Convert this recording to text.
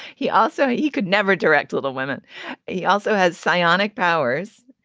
he also he could never direct little women he also has psionic powers,